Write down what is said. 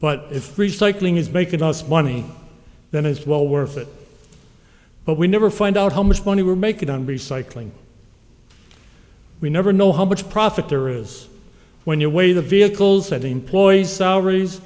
but if recycling is making us money then it's well worth it but we never find out how much money will make it on recycling we never know how much profit there is when you weigh the vehicles that employees salaries